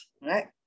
right